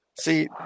See